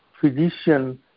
physician